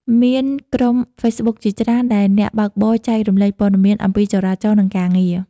មានក្រុមហ្វេសប៊ុកជាច្រើនដែលអ្នកបើកបរចែករំលែកព័ត៌មានអំពីចរាចរណ៍ និងការងារ។